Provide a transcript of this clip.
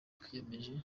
twiyemeje